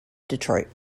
detroit